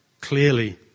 clearly